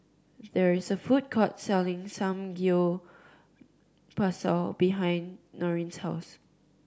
there is a food court selling Samgeyopsal behind Noreen's house